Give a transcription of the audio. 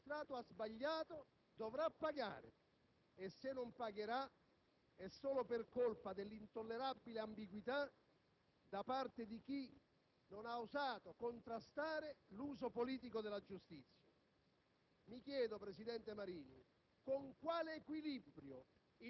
senza stare a frignare per un'indagine. Se il magistrato ha sbagliato dovrà pagare, e se non pagherà è solo per colpa dell'intollerabile ambiguità da parte di chi non ha osato contrastare l'uso politico della giustizia.